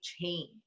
change